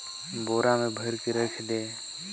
आलू ला कीटाणु ले बचाय के सबले बढ़िया तारीक हे?